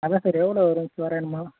அதுதான் சார் எவ்வளோ வரும் தோராயமாக